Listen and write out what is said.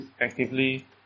actively